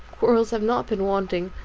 quarrels have not been wanting,